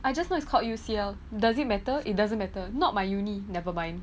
I just know it's called U_C_L does it matter it doesn't matter not my uni never mind